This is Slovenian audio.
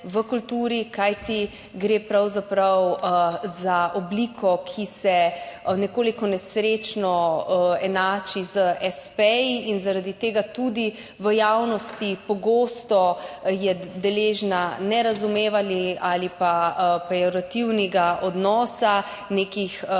kajti gre pravzaprav za obliko, ki se nekoliko nesrečno enači z espeji in je zaradi tega tudi v javnosti pogosto deležna nerazumevanj ali pa pejorativnega odnosa, nekih